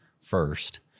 first